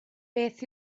beth